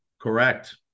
Correct